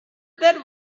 that